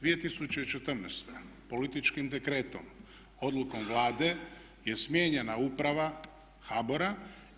2014. političkim dekretom, odlukom Vlade je smijenjena uprava HBOR-a.